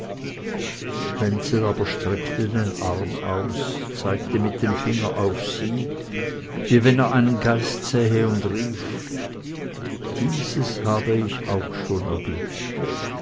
wenzel aber streckte den arm aus zeigte mit dem finger auf sie wie wenn er einen geist sähe und rief dieses habe ich auch schon erblickt